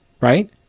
right